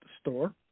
store